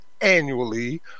annually